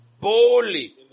boldly